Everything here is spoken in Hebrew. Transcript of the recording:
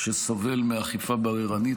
שסובל מאכיפה בררנית,